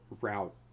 route